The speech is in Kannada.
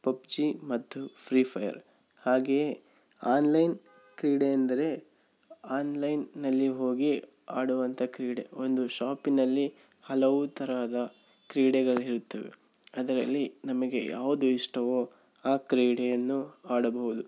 ಪಬ್ಜಿ ಮತ್ತು ಫ್ರೀ ಫಯರ್ ಹಾಗೆಯೇ ಆನ್ಲೈನ್ ಕ್ರೀಡೆ ಎಂದರೆ ಆನ್ಲೈನ್ನಲ್ಲಿ ಹೋಗಿ ಆಡುವಂಥ ಕ್ರೀಡೆ ಒಂದು ಶಾಪಿನಲ್ಲಿ ಹಲವು ತರಹದ ಕ್ರೀಡೆಗಳಿರುತ್ತವೆ ಅದರಲ್ಲಿ ನಮಗೆ ಯಾವುದು ಇಷ್ಟವೋ ಆ ಕ್ರೀಡೆಯನ್ನು ಆಡಬಹುದು